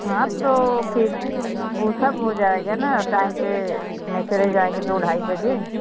हाँ तो फ़िर वह सब हो जाएगा ना टाइम पर अपने चले जाएँगे दो ढाई बजे